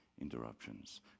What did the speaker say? interruptions